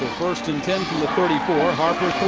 first and ten from the thirty four. harper